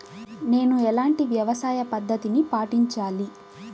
నేను ఎలాంటి వ్యవసాయ పద్ధతిని పాటించాలి?